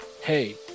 hey